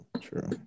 True